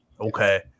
Okay